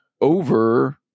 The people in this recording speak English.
over